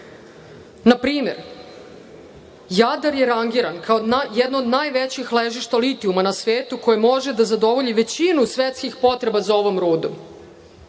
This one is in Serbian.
Na primer, Jadar je rangiran kao jedno od najvećih ležišta litijuma na svetu koje može da zadovolji većinu svetskih potreba za ovom rudom.